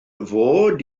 fod